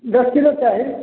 दश किलो चाही